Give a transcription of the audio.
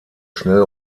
schnell